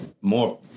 more